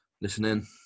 listening